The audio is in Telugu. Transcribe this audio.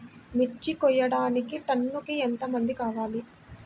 మిర్చి కోయడానికి టన్నుకి ఎంత మంది కావాలి?